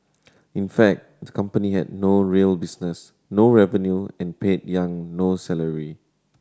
in fact the company had no real business no revenue and paid Yang no salary